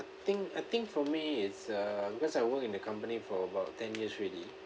I think I think for me it's uh because I work in the company for about ten years already